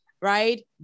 right